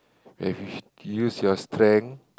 have to use your strength